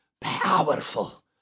powerful